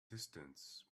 distance